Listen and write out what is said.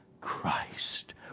Christ